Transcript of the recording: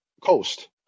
coast